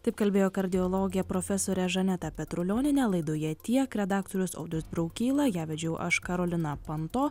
taip kalbėjo kardiologė profesorė žaneta petrulionienė laidoje tiek redaktorius audrius braukyla ją vedžiau aš karolina panto